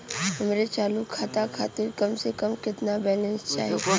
हमरे चालू खाता खातिर कम से कम केतना बैलैंस चाही?